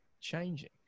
changing